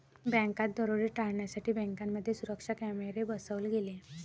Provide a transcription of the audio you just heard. बँकात दरोडे टाळण्यासाठी बँकांमध्ये सुरक्षा कॅमेरे बसवले गेले